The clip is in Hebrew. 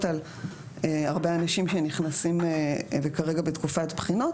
על הרבה אנשים שנכנסים וכרגע בתקופת בחינות.